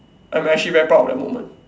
I'm actually very proud of that moment